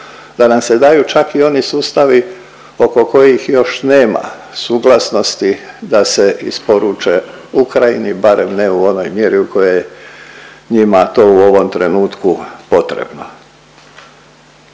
da nam se daju čak i oni sustavi oko kojih još nema suglasnosti da se isporuče Ukrajini, barem ne u onoj mjeri u kojoj njima to u ovom trenutku potrebno.